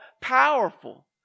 powerful